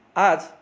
आज